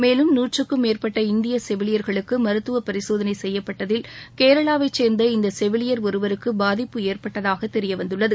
மேலும் நூற்றுக்கும் மேற்பட்ட இந்திய செவிலியர்களுக்கு மருத்துவ பரிசோதனை செய்யப்பட்டதில் கேரளாவைச் சேர்ந்த இந்த செவிலியர் ஒருவருக்கு பாதிப்பு ஏற்பட்டதாக தெரியவந்துள்ளது